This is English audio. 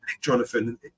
Jonathan